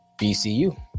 BCU